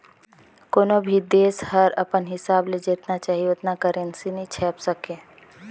कोनो भी देस हर अपन हिसाब ले जेतना चाही ओतना करेंसी नी छाएप सके